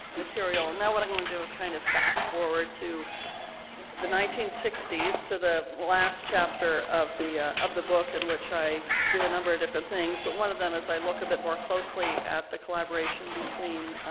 material and now what i'm going to do is kind of fast-forward to the nineteen sixty s to the last chapter of the of the book in which i do a number of different things but one of them is i look a bit more closely at the collaboration between